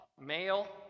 male